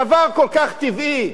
דבר כל כך טבעי,